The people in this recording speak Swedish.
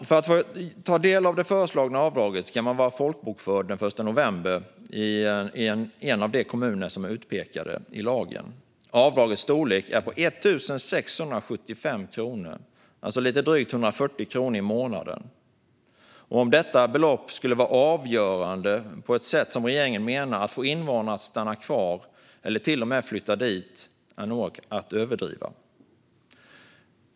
För att få ta del av det föreslagna avdraget ska man vara folkbokförd före den 1 november i en av de kommuner som är utpekade i förslaget. Avdragets storlek är på 1 675 kronor, alltså drygt 140 kronor i månaden. Att säga att detta belopp skulle vara avgörande, på det sätt som regeringen menar, för att få invånare att stanna kvar eller till och med flytta dit är nog att överdriva.